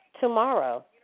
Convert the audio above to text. tomorrow